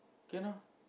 can lah